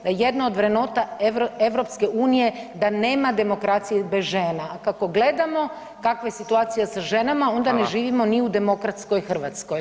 Jedno od vrednota EU da nema demokracije bez žena, a kako gledamo kakva je situacija sa ženama onda ne živimo [[Upadica: Hvala.]] ni u demokratskoj Hrvatskoj.